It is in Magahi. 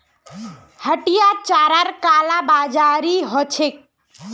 हटियात चारार कालाबाजारी ह छेक